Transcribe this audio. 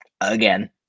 Again